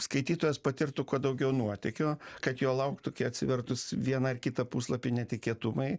skaitytojas patirtų kuo daugiau nuotykio kad jo lauktų atsivertus vieną ar kitą puslapį netikėtumai